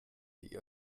die